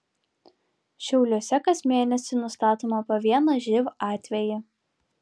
šiauliuose kas mėnesį nustatoma po vieną živ atvejį